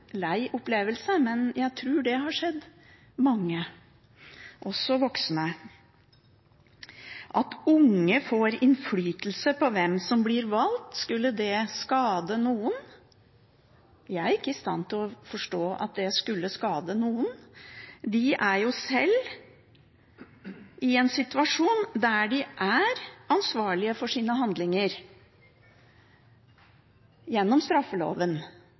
lei opplevelse, men jeg tror det har skjedd mange, også voksne. At unge får innflytelse på hvem som blir valgt, skulle det skade noen? Jeg er ikke i stand til å forstå at det skulle skade noen. De er jo sjøl i en situasjon hvor de er ansvarlige for sine handlinger gjennom straffeloven,